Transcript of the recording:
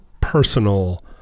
personal